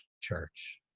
church